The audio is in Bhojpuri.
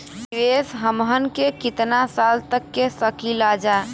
निवेश हमहन के कितना साल तक के सकीलाजा?